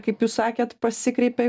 kaip jūs sakėt pasikreipė